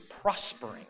prospering